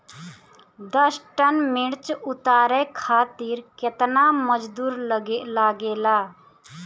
दस टन मिर्च उतारे खातीर केतना मजदुर लागेला?